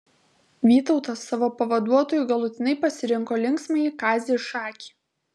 vytautas savo pavaduotoju galutinai pasirinko linksmąjį kazį šakį